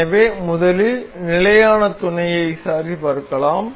எனவே முதலில் நிலையான துணைகளைச் சரிபார்க்கலாம்